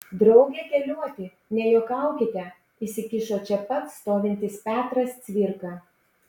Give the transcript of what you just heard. drauge keliuoti nejuokaukite įsikišo čia pat stovintis petras cvirka